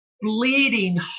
bleeding